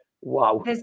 Wow